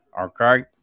Okay